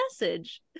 message